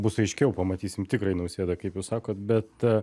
bus aiškiau pamatysim tikrąjį nausėdą kaip jūs sakot bet